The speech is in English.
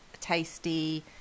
tasty